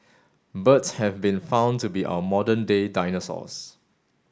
birds have been found to be our modern day dinosaurs